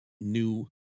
new